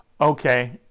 Okay